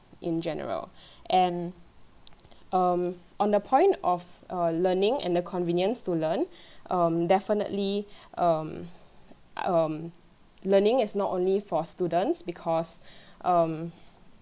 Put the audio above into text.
in general and um on the point of uh learning and the convenience to learn um definitely um um learning is not only for students because um